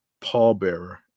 pallbearer